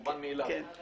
מובן מאליו.